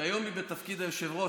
שהיום היא בתפקיד היושבת-ראש,